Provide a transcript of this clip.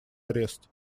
арест